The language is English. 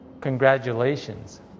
congratulations